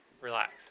Relax